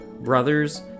Brothers